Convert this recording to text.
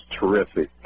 terrific